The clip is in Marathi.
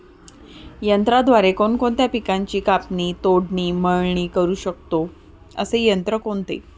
यंत्राद्वारे कोणकोणत्या पिकांची कापणी, तोडणी, मळणी करु शकतो, असे यंत्र कोणते?